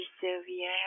Sylvia